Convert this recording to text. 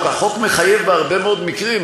החוק מחייב בהרבה מאוד מקרים,